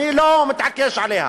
אני לא מתעקש עליה,